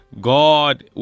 God